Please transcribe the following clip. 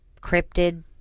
cryptid